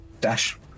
dash